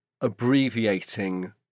abbreviating